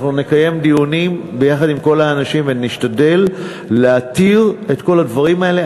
אנחנו נקיים דיונים ביחד עם כל האנשים ונשתדל להתיר את כל הדברים האלה.